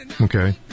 Okay